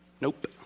Nope